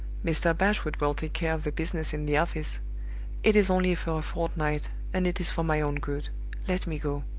mr. bashwood will take care of the business in the office it is only for a fortnight, and it is for my own good let me go!